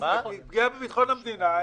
--- פגיעה בביטחון המדינה,